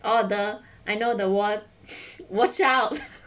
oh the I know the !wah! watch out